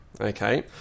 Okay